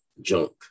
junk